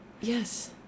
Yes